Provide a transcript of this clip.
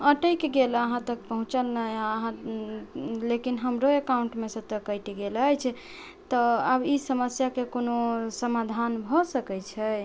attack गेल अहाँ तक पहुँचल नहि अहाँ लेकिन हमरो एकाउन्टमे से तऽ कटि गेल अछि तऽ आब ई समस्याके कोनो समाधान भऽ सकै छै